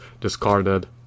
discarded